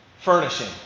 furnishing